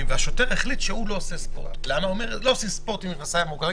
ואנחנו יושבים פה ושומעים את הסיפורים האלה,